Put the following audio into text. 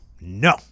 No